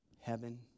heaven